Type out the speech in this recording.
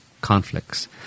conflicts